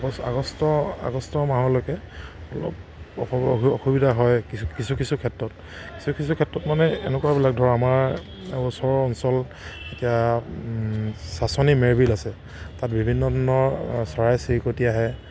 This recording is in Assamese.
আগষ্ট আগষ্ট আগষ্ট মাহলৈকে অলপ অসু অসুবিধা হয় কিছু কিছু কিছু ক্ষেত্ৰত কিছু কিছু ক্ষেত্ৰত মানে এনেকুৱাবিলাক ধৰ আমাৰ ওচৰৰ অঞ্চল এতিয়া চাচনি মেৰবিল আছে তাত বিভিন্ন ধৰণৰ চৰাই চিৰিকতি আহে